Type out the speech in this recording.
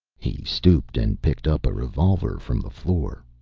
he stooped and picked up a revolver from the floor,